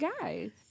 guys